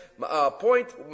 point